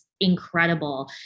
incredible